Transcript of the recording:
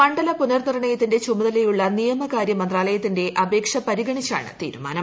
മണ്ഡല പുനർനിർണയത്തിന്റെ ചുമതലയുള്ള നിയമകാര്യ മന്ത്രാലയത്തിന്റെ അപേക്ഷ പരിഗണിച്ചാണ് തീരുമാനം